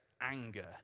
anger